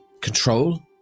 control